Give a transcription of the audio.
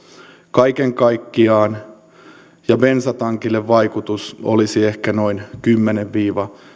kaiken kaikkiaan ja bensatankille vaikutus olisi ehkä noin kymmenen viiva